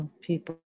people